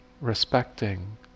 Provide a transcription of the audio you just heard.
Respecting